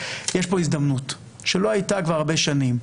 יש פה הזדמנות שלא הייתה כבר הרבה שנים.